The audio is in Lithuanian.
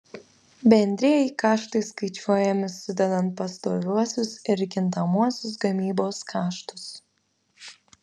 bendrieji kaštai skaičiuojami sudedant pastoviuosius ir kintamuosius gamybos kaštus